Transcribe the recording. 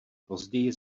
později